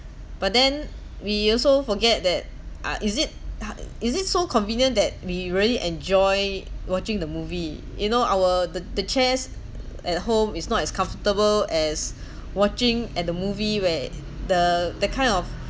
but then we also forget that ah is it ha is it so convenient that we really enjoy watching the movie you know our the the chairs at home is not as comfortable as watching at the movie where the that kind of